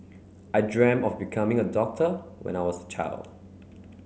I dreamt of becoming a doctor when I was child